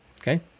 Okay